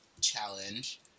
challenge